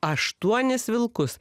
aštuonis vilkus